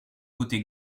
côté